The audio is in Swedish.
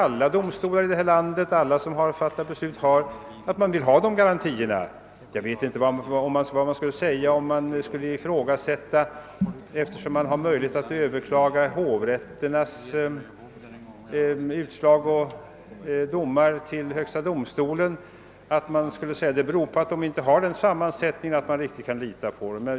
Naturligtvis är det väl meningen att sådana garantier skall finnas beträffande alla domstolar och alla som i övrigt har att fatta beslut här i landet. Å andra sidan har man rätt att överklaga hovrätternas utslag till högsta domstolen, men jag vet inte om man bör göra gällande att det beror på att hovrätterna inte har en sådan sammansättning att man riktigt kan lita på dem.